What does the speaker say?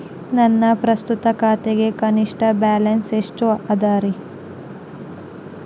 ನನ್ನ ಪ್ರಸ್ತುತ ಖಾತೆಗೆ ಕನಿಷ್ಠ ಬ್ಯಾಲೆನ್ಸ್ ಎಷ್ಟು ಅದರಿ?